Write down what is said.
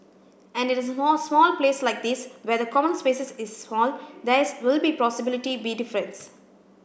and in a small place like this where the common spaces is small there is will be possibly be difference